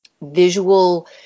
visual